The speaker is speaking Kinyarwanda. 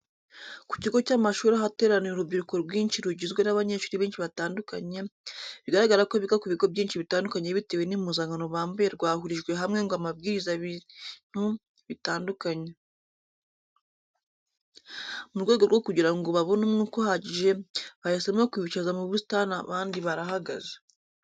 Ku kigo cy'amashuri ahateraniye urubyiruko rwinshi rugizwe n'abanyeshuri benshi batandukanye, bigaragara ko biga ku bigo byinshi bitandukanye bitewe n'impuzankano bambaye rwahurijwe hamwe ngo amabwiriza bintu bitandukanye. Mu rwego rwo kugira ngo babone umwuka uhagije, bahisemo kubicaza mu busitani abandi barahagaze.